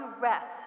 rest